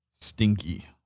Stinky